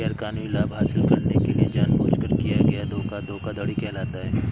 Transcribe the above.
गैरकानूनी लाभ हासिल करने के लिए जानबूझकर किया गया धोखा धोखाधड़ी कहलाता है